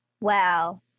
wow